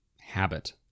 habit